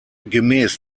gemäß